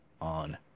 on